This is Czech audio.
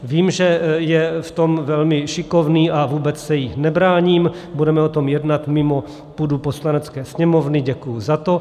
Vím, že je v tom velmi šikovný a vůbec se jí nebráním, budeme o tom jednat mimo půdu Poslanecké sněmovny, děkuji za to.